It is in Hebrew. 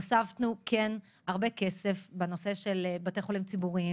הוספנו הרבה כסף עבור בתי החולים הציבוריים